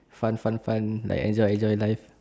fun fun fun like enjoy enjoy life